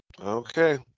Okay